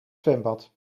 zwembad